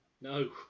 No